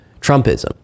Trumpism